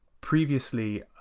Previously